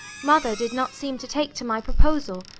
mother did not seem to take to my proposal.